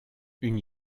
une